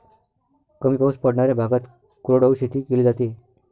कमी पाऊस पडणाऱ्या भागात कोरडवाहू शेती केली जाते